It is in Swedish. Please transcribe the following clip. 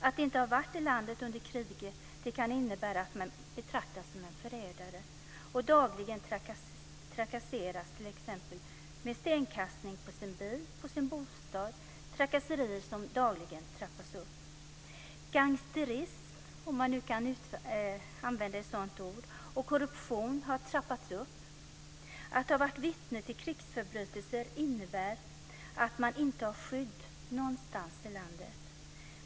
Att inte ha varit i landet under kriget kan innebära att man betraktas som en förrädare och dagligen trakasseras t.ex. med stenkastning på sin bil eller på sin bostad, trakasserier som dagligen trappas upp. Gangsterism, om man nu kan använda ett sådant ord, och korruption har trappats upp. Att ha varit vittne till krigsförbrytelser innebär att man inte har skydd någonstans i landet.